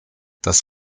das